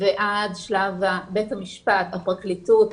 ועד שלב בית המשפט, הפרקליטות,